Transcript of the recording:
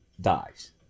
dies